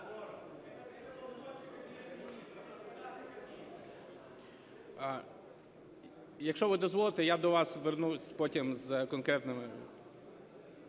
Якщо ви дозволите, я до вас звернуся потім з конкретними...